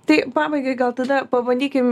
tai pabaigai gal tada pabandykim